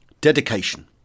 Dedication